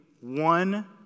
one